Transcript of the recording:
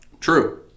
True